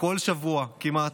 בכל שבוע כמעט,